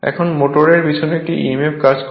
এখানে মোটরের পিছনে একটি emf কাজ করে